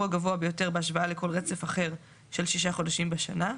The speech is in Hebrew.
הגבוה ביותר בהשוואה לכל רצף אחר של שישה חודשים בשנה,